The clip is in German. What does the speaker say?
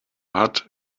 hat